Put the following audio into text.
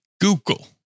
Google